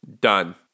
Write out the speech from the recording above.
Done